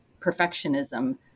perfectionism